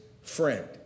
friend